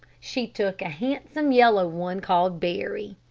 she took a handsome, yellow one, called barry.